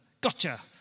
gotcha